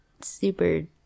super